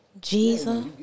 Jesus